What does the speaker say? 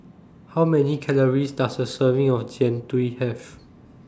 How Many Calories Does A Serving of Jian Dui Have